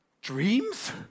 Dreams